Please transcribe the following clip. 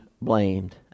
blamed